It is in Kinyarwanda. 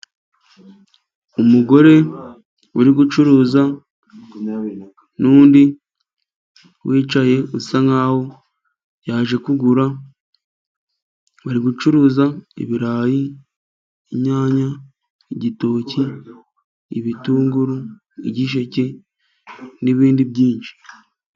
Umugore uri gucuruza n'undi wicaye usa nkaho yaje kugura, bari gucuruza ibirayi, inyanya, igitoki, ibitunguru, igisheke, n'ibindi byinshi.